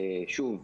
שוב,